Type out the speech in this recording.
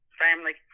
family